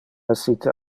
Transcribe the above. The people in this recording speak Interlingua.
essite